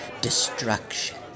destruction